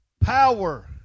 power